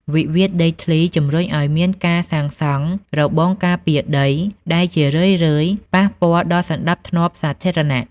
វិវាទដីធ្លីជំរុញឱ្យមានការសាងសង់របងការពារដី ដែលជារឿយៗប៉ះពាល់ដល់សណ្ដាប់ធ្នាប់សាធារណៈ។